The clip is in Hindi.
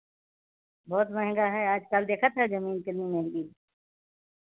बहुत महंगा है आज कल देखा था ज़मीन कितनी महँगी